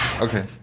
Okay